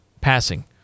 passing